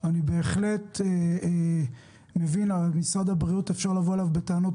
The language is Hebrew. אני בהחלט מבין שאפשר כל הזמן לבוא בטענות